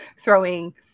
throwing